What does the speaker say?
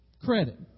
Credit